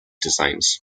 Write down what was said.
designs